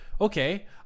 okay